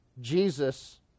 Jesus